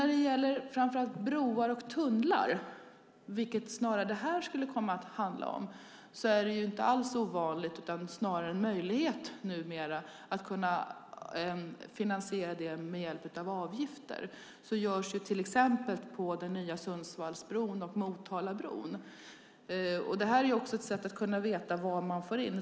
Framför allt när det gäller broar och tunnlar, vilket diskussionen skulle handla om, är det numera ingenting ovanligt att kunna finansiera det hela med hjälp av avgifter. Snarare är det en möjlighet. Så sker till exempel med den nya Sundsvallsbron och Motalabron. Det är dessutom ett sätt att få veta vad man får in.